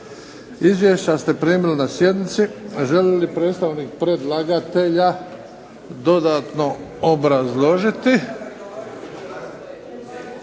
Izvješća ste primili na sjednici. Želi li predstavnik predlagatelja dodatno obrazložiti